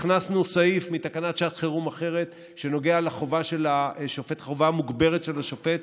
הכנסנו סעיף מתקנת שעת חירום אחרת שנוגע לחובה מוגברת של השופט